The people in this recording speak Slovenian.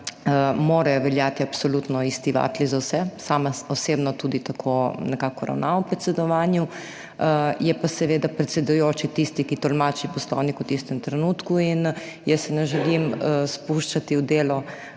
morajo veljati absolutno isti vatli za vse. Sama osebno tudi tako nekako ravnam ob predsedovanju. Je pa seveda predsedujoči tisti, ki tolmači poslovnik v tistem trenutku in jaz se ne želim spuščati v delo